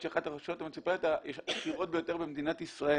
שהיא אחת הרשויות העשירות ביותר במדינת ישראל.